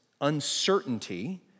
uncertainty